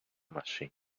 machine